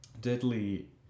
deadly